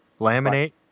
laminate